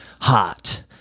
hot